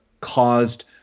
caused